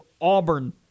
Auburn